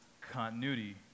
continuity